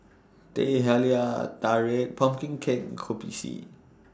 Teh Halia Tarik Pumpkin Cake Kopi C